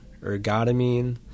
ergotamine